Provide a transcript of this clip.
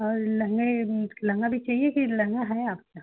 और लहंगे लहंगा भी चाहिए कि लहंगा है आपका